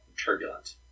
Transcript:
turbulent